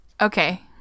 Okay